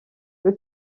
cyo